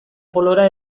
polora